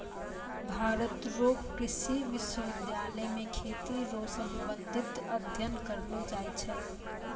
भारत रो कृषि विश्वबिद्यालय मे खेती रो संबंधित अध्ययन करलो जाय छै